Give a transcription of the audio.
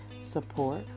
support